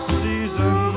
season